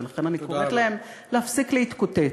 ולכן אני קוראת להם להפסיק להתקוטט.